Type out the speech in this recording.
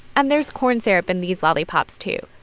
and there's corn syrup in these lollipops too.